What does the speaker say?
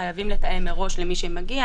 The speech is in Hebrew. חייבים לתאם מראש את ההגעה,